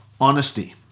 honesty